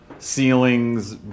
ceilings